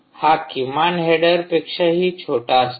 हा किमान हेडर पेक्षाही छोटा असतो